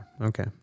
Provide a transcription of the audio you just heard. okay